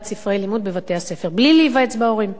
ספרי לימוד בבתי-הספר בלי להיוועץ בהורים,